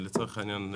לצורך העניין,